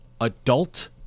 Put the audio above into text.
adult